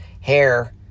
hair